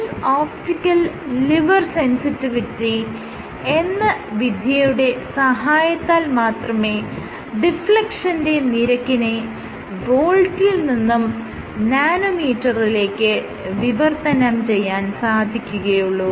inverse optical lever sensitivity എന്ന വിദ്യയുടെ സഹായത്താൽ മാത്രമേ ഡിഫ്ലെക്ഷന്റെ നിരക്കിനെ വോൾട്ടിൽ നിന്നും നാനോമീറ്ററിലേക്ക് വിവർത്തനം ചെയ്യാൻ സാധിക്കുകയുള്ളൂ